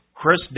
Chris